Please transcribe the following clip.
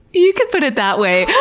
you could put it that way.